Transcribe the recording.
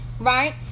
right